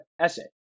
essay